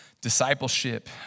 Discipleship